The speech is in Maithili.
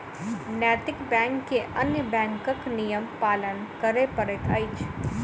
नैतिक बैंक के अन्य बैंकक नियम पालन करय पड़ैत अछि